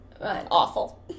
awful